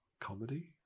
Comedy